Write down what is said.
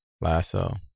Lasso